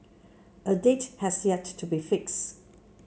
a date has yet to be fixed